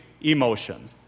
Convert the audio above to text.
emotion